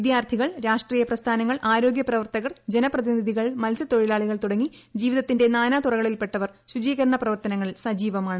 വിദ്യാർത്ഥികൾ രാഷ്ട്രീയ പ്രസ്ഥാനങ്ങൾ ആരോഗ്യ പ്രവർത്തകർ ജനപ്രതിനിധികൾ മത്സ്യത്തൊഴിലാളികൾ തുടങ്ങി ജീവിതത്തിന്റെ നാനാതുറകളിൽപ്പെട്ടവർ ശുചീകരണ പ്രവർത്തനങ്ങളിൽ സജീവമാണ്